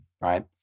right